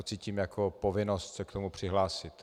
Cítím jako povinnost se k tomu přihlásit.